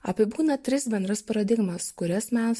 apibūdina tris bendras paradigmas kurias mes